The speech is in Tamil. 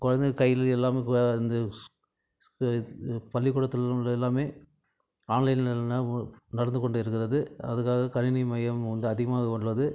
குழந்தைங்க கையில் எல்லாமே இப்போ வந்து இப்போ பள்ளிக்கூடத்தில் உள்ள எல்லாமே ஆன்லைனில் எல்லாம் நடந்துக் கொண்டிருக்கிறது அதுக்காக கணினி மையம் வந்து அதிகமாக உள்ளது